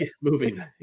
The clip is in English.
Moving